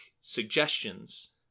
suggestions